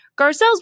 Garcelle's